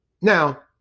Now